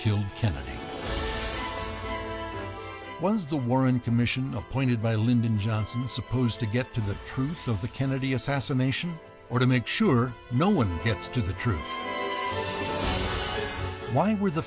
was the warren commission appointed by lyndon johnson supposed to get to the truth of the kennedy assassination or to make sure no one gets to the truth why were the